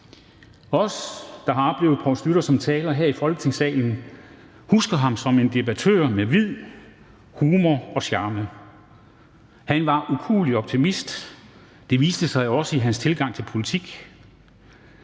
Vi, der har oplevet Poul Schlüter som taler her i Folketingssalen, husker ham som en debattør med vid, humor og charme. Han var ukuelig optimist. Det viste sig jo også i hans tilgang til politik.